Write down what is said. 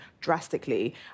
drastically